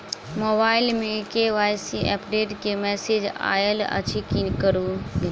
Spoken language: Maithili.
मोबाइल मे के.वाई.सी अपडेट केँ मैसेज आइल अछि की करू?